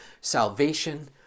salvation